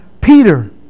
Peter